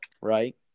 right